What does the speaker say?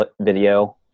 video